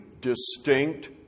distinct